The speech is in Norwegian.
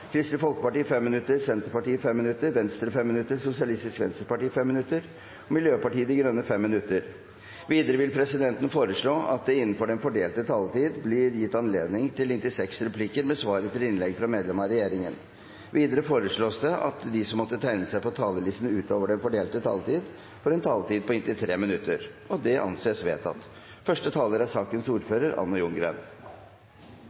Kristelig Folkeparti 5 minutter, Senterpartiet 5 minutter, Venstre 5 minutter, Sosialistisk Venstreparti 5 minutter og Miljøpartiet De Grønne 5 minutter. Videre vil presidenten foreslå at det – innenfor den fordelte taletid – blir gitt anledning til replikkordskifte på inntil seks replikker med svar etter innlegg fra medlemmer av regjeringen. Videre foreslås det at de som måtte tegne seg på talerlisten utover den fordelte taletid, får en taletid på inntil 3 minutter. – Det anses vedtatt. I dag behandler Stortinget innstillingen til Meld. St. 35, som er